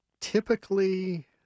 typically